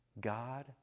God